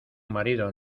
marido